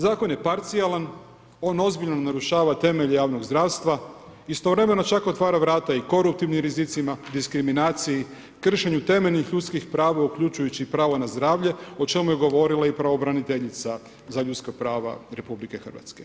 Zakon je parcijalan, on ozbiljno narušava temelj javnog zdravstva, istovremeno čak otvara vrata i koruptivnim rizicima diskriminacija, kršenje temeljnih ljudskih prava, uključujući pravo na zdravlje o čemu je govorila i pravobraniteljica za ljudska prava RH.